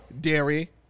dairy